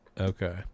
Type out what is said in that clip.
Okay